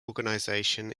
organisation